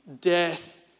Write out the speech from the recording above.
death